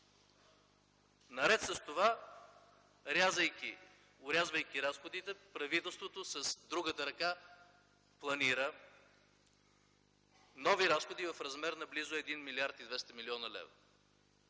Наред с това, орязвайки разходите, правителството с другата ръка планира нови разходи в размер на близо 1 млрд. 200 млн. лв.